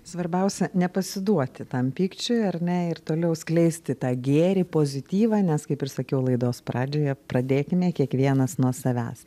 svarbiausia nepasiduoti tam pykčiui ar ne ir toliau skleisti tą gėrį pozityvą nes kaip ir sakiau laidos pradžioje pradėkime kiekvienas nuo savęs